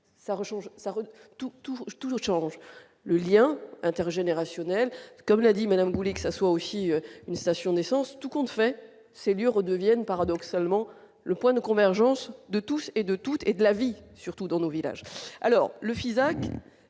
change le lien intergénérationnel, comme l'a dit Madame voulait que ça soit aussi une station d'essence, tout compte fait c'est redevienne paradoxalement le point de convergence de tous et de toutes et de la vie, surtout dans nos villages,